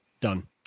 done